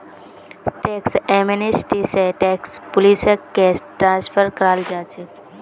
tax amnesty स tax पुलिसक case transfer कराल जा छेक